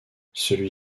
celui